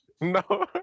No